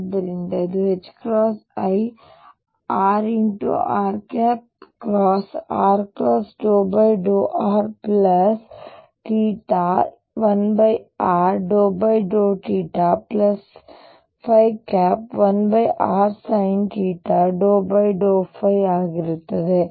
ಆದ್ದರಿಂದ ಇದು i rr×r∂r1r∂θ1rsinθ∂ϕಆಗಿರುತ್ತದೆ